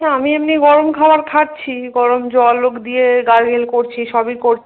না আমি এমনই গরম খাওয়ার খাচ্ছি গরম জলও দিয়ে গার্গেল করছি সবই করছি